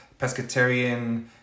pescatarian